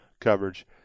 coverage